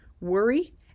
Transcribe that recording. worry